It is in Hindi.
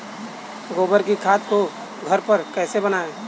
गोबर की खाद को घर पर कैसे बनाएँ?